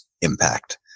impact